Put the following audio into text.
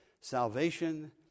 salvation